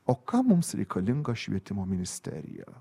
o kam mums reikalinga švietimo ministerija